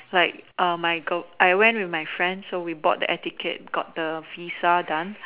like um my girl I went with my friend so we bought the air ticket got the visa done